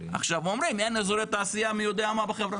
אומרים, אין אזורי תעשייה מי יודע מה בחברה.